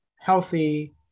healthy